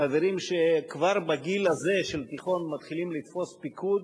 חברים שכבר בגיל הזה של תיכון מתחילים לתפוס פיקוד,